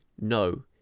No